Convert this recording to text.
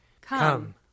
Come